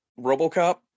RoboCop